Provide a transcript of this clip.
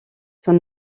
son